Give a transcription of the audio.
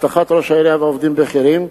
(אבטחת ראש העירייה ועובדים בכירים),